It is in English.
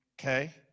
Okay